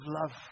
love